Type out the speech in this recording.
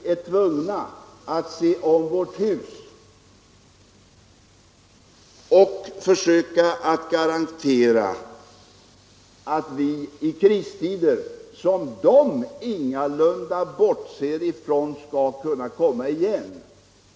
Man förstår att vi måste söka skapa garantier för vad som kan möta i krigstider —- och man bortser ingalunda ifrån möjligheten att sådana tider kan komma igen.